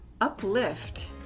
uplift